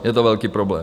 Je to velký problém.